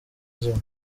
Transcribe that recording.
zimwe